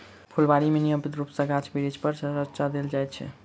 फूलबाड़ी मे नियमित रूप सॅ गाछ बिरिछ पर छङच्चा देल जाइत छै